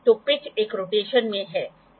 तो पिच एक रोटेशन में है